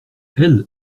elles